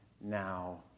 now